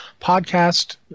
Podcast